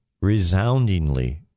resoundingly